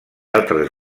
altres